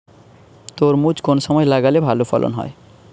তরমুজ কোন সময় লাগালে ভালো ফলন হয়?